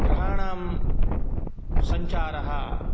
ग्रहाणां सञ्चारः